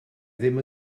ddim